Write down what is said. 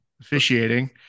officiating